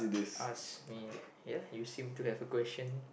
ask me ya you seem to have a question